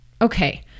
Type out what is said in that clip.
okay